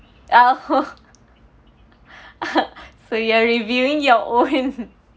oh so you're reviewing your own